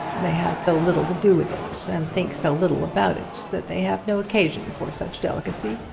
they have so little to do with it, and think so little about it, that they have no occasion for such delicacy.